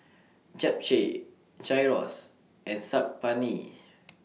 Japchae Gyros and Saag Paneer